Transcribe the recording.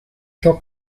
ciò